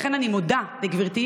לכן אני מודה לגברתי,